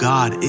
God